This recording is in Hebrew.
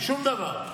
שום דבר.